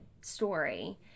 story